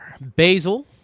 Basil